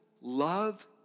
love